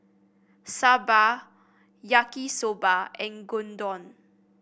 Sambar Yaki Soba and Gyudon